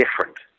different